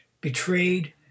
betrayed